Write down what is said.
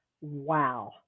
Wow